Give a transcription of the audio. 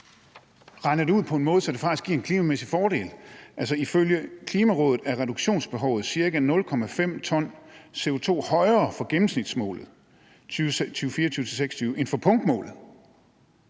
regner det ud på en måde, så det faktisk giver en klimamæssig fordel. Altså ifølge Klimarådet er reduktionsbehovet ca. 0,5 t CO2 højere for gennemsnitsmålet i 2024-2026 end for punktmålet.